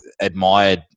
admired